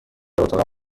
اتاقم